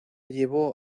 llevó